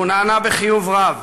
והוא נענה בחיוב רב